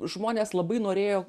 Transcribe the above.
žmonės labai norėjo